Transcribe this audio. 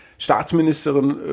Staatsministerin